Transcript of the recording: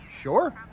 Sure